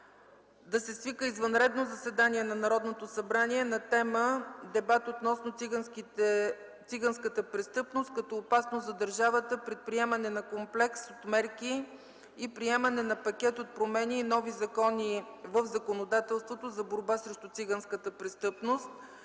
да се свика извънредно заседание на Народното събрание на тема „Дебат относно циганската престъпност като опасност за държавата. Предприемане на комплекс от мерки и приемане на пакет от промени и нови закони в законодателството за борба срещу циганската престъпност”.